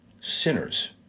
sinners